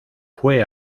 fue